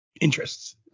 interests